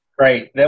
Right